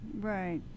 right